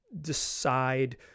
decide